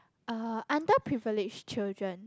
uh underprivileged children